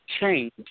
Change